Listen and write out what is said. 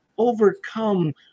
overcome